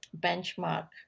benchmark